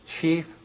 chief